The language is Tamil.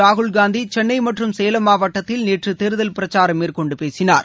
ராகுல்காந்தி சென்னை மற்றும் சேலம் மாவட்டத்தில் நேற்று தேர்தல் பிரச்சாரம் மேற்கொண்டு பேசினார்